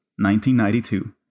1992